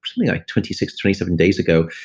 something like twenty six twenty seven days ago,